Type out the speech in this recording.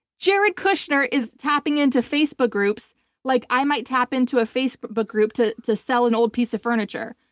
jared kushner is tapping into facebook groups like i might tap into a facebook group to to sell an old piece of furniture.